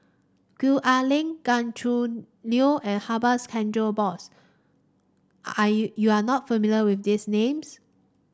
Gwee Ah Leng Gan Choo Neo and Chandra Bose are you you are not familiar with these names